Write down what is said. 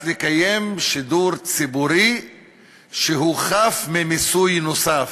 לקיים שידור ציבורי שחף ממיסוי נוסף.